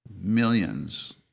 millions